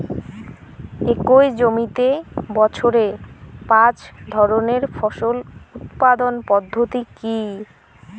একই জমিতে বছরে পাঁচ ধরনের ফসল উৎপাদন পদ্ধতি কী?